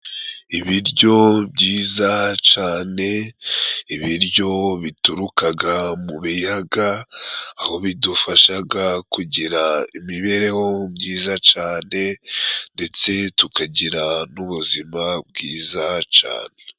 Ibiryo byiza cane, ibiryo biturukaga mu biyaga ,aho bidufashaga kugira imibereho myiza cane ndetse tukagira n'ubuzima bwiza cane.